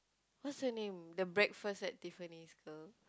what's her name the Breakfast at Tiffany's girl